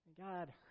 God